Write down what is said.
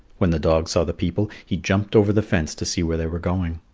when the dog saw the people, he jumped over the fence to see where they were going.